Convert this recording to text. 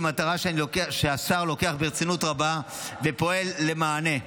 היא מטרה שהשר לוקח ברצינות רבה ופועל למענה.